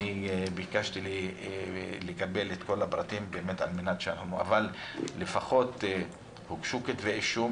ביקשתי לקבל את כל הפרטים אבל לפחות הוגשו כתבי אישום